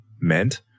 meant